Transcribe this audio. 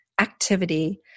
activity